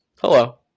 hello